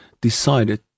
decided